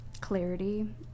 clarity